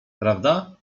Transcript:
prawda